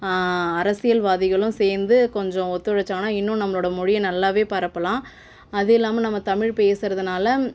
அரசியல்வாதிகளும் சேர்ந்து கொஞ்சம் ஒத்துழைச்சாங்கன்னா இன்னும் நம்மளோடய மொழியை நல்லாவே பரப்பலாம் அது இல்லாமல் நம்ம தமிழ் பேசுகிறதுனால